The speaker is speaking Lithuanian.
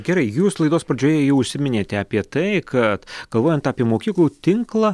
gerai jūs laidos pradžioje jau užsiminėte apie tai kad galvojant apie mokyklų tinklą